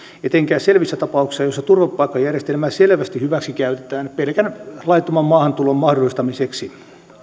etenkään selvissä tapauksissa joissa turvapaikkajärjestelmää selvästi hyväksi käytetään pelkän laittoman maahantulon mahdollistamiseksi